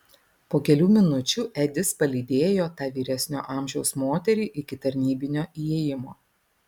po kelių minučių edis palydėjo tą vyresnio amžiaus moterį iki tarnybinio įėjimo